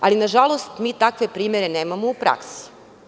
Nažalost, mi takve primere nemamo u praksi.